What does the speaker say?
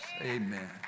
Amen